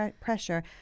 pressure